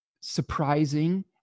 surprising